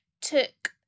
took